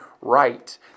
right